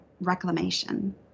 reclamation